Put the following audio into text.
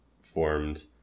formed